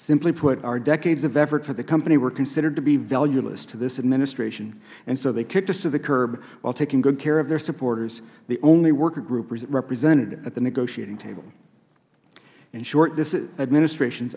simply put our decades of effort for the company were considered to be valueless to this administration and so they kicked us to the curb while taking good care of their supporters the only worker group represented at the negotiating table in short this administration's